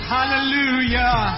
Hallelujah